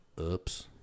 oops